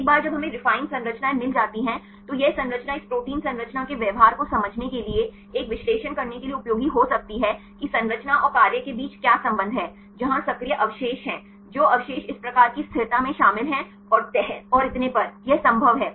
एक बार जब हमें रिफाइन संरचनाएं मिल जाती हैं तो यह संरचना इस प्रोटीन संरचना के व्यवहार को समझने के लिए एक विश्लेषण करने के लिए उपयोगी हो सकती है कि संरचना और कार्य के बीच क्या संबंध है जहां सक्रिय अवशेष हैं जो अवशेष इस प्रकार की स्थिरता में शामिल हैं और तह और इतने पर यह संभव है